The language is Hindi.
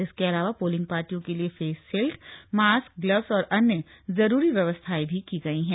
इसके अलावा पोलिंग पार्टियों के लिए फेस शील्ड मास्क ग्लव्स और अन्य जरूरी व्यवस्थाएं की गयी हैं